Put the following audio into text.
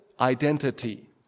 Identity